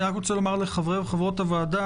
אני רק רוצה לומר לחברי וחברות הוועדה,